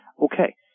Okay